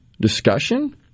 discussion